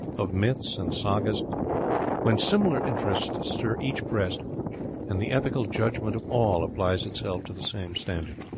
of myths and sagas when similar interests stir each breast and the ethical judgment of all applies itself to the same standard.